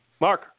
Mark